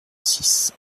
six